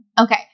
Okay